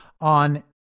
on